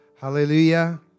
Hallelujah